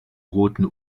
roten